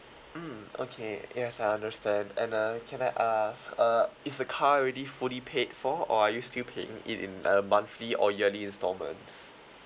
mm okay yes I understand and uh can I ask uh is the car already fully paid for or are you still paying it in a monthly or yearly instalments